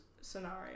scenario